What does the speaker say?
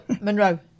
Monroe